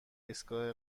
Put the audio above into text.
ایستگاه